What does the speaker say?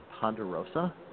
Ponderosa